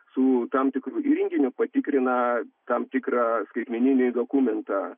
su tam tikru įrenginiu patikrina tam tikrą skaitmeninį dokumentą